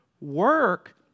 Work